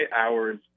hours